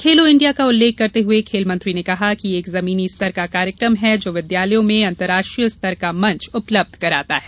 खेलो India का उल्लेख करते हुए खेल मंत्री ने कहा कि यह एक जमीनी स्तर का कार्यक्रम है जो विद्यालयों में अंतर्राष्ट्रीय स्तर का मंच उपलब्ध कराता है